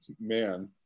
Man